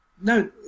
No